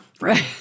Right